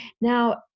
Now